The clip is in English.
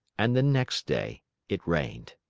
and the next day it rained.